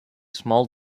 small